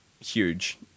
huge